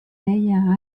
deia